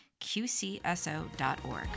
qcso.org